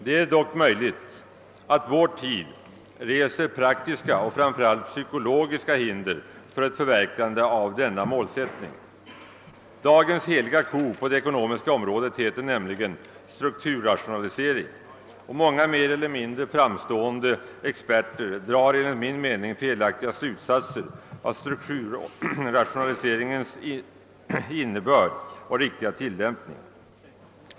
Det är dock möjligt att vår tid reser praktiska och framför allt psykologiska hinder för ett förverkligande av denna målsättning. Dagens heliga ko på det ekonomiska området heter nämligen strukturrationalisering, och många mer eller mindre framstående experter drar enligt min mening felaktiga slutsatser av strukturrationaliseringens innebörd och riktiga tillämpning.